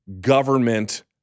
government